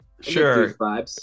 Sure